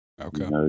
Okay